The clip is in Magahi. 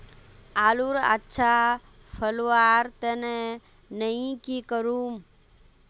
आलूर अच्छा फलवार तने नई की करूम?